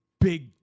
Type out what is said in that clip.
big